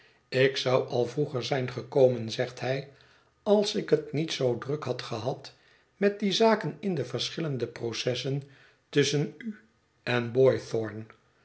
ik zou al vroeger zijn gekomen zegt hij als ik het niet zoo druk had gehad met die zaken in de verschillende processen tusschen u en